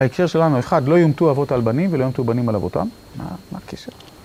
ההקשר שלנו אחד, לא יומתו אבות על בנים ולא יומתו בנים על אבותם, מה מה הקשר?